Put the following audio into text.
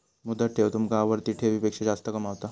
मुदत ठेव तुमका आवर्ती ठेवीपेक्षा जास्त कमावता